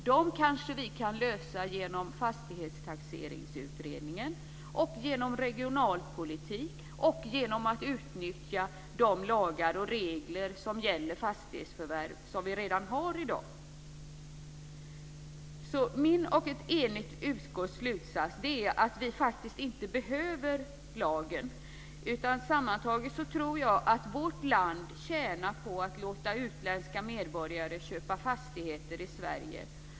Dem kanske vi kan lösa genom Fastighetstaxeringsutredningen och genom regionalpolitik och genom att utnyttja de lagar och regler som gäller fastighetsförvärv och som vi redan har. Min och ett enigt utskotts slutsats är att vi faktiskt inte behöver lagen, utan sammantaget tror jag att vårt land tjänar på att låta utländska medborgare köpa fastigheter i Sverige.